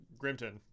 grimton